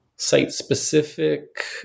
site-specific